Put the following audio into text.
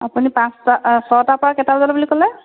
আপুনি পাঁচটা ছটাৰপৰা কেইটা বজালৈ বুলি ক'লে